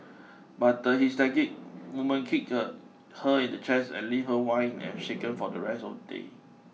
but the hysterical woman kicked her in the chest leaving her winded and shaken for the rest of the day